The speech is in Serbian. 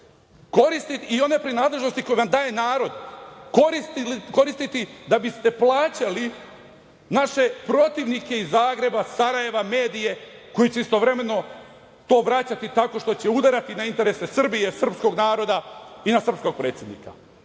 velike, i one prinadležnosti koje vam daje narod, koristiti da biste plaćali naše protivnike iz Zagreba, Sarajeva, medije, koji će istovremeno to vraćati tako što će udarati na interese Srbije, srpskog naroda i na srpskog predsednika? Imate